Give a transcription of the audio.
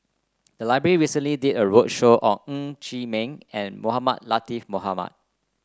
the library recently did a roadshow on Ng Chee Meng and Mohamed Latiff Mohamed